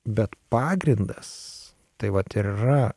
bet pagrindas tai vat ir yra